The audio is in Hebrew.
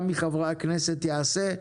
גם מחברי הכנסת, יעשה זאת.